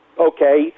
okay